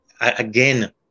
Again